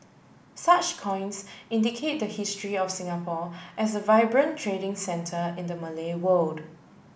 such coins indicate the history of Singapore as a vibrant trading centre in the Malay world